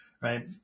right